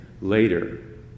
later